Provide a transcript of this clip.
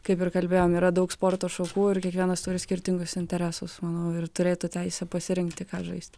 kaip ir kalbėjom yra daug sporto šakų ir kiekvienas turi skirtingus interesus manau ir turėtų teisę pasirinkti ką žaisti